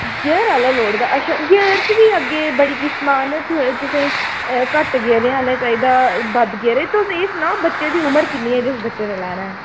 gear आह्ला लोड़दा अच्छा गेयर च बी अग्गें बड़ी किस्मां न तुसें तुसेईं घट्ट गेअरें आह्ला चाहिदा बद्ध गेअरें तुस एह् सनाओ बच्चे दी उमर किन्नी ऐ जिस बच्चे नै लैना ऐ